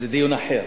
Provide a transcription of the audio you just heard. זה דיון אחר,